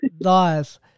Nice